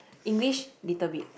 English little bit